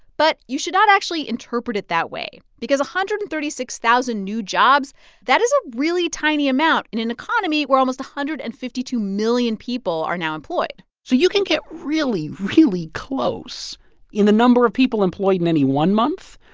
but you should not actually interpret it that way because one hundred and thirty six thousand new jobs that is a really tiny amount in an economy where almost one hundred and fifty two million people are now employed so you can get really, really close in the number of people employed in any one month,